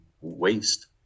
waste